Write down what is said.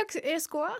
atsieis kuo